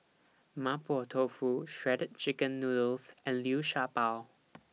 Mapo Tofu Shredded Chicken Noodles and Liu Sha Bao